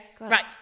right